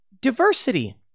diversity